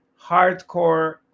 hardcore